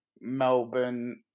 Melbourne